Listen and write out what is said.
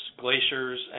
glaciers